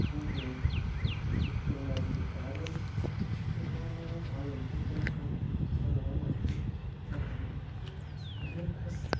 किमपि किं नास्ति कार्यं चित्रकारेण कार्यं तत्र मम चिन्तनमेवमस्ति अहं रियल् फ़ेस्